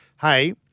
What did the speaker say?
hey